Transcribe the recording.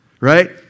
right